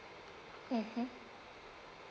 mmhmm